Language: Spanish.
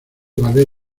valer